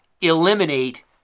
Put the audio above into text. eliminate